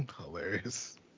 Hilarious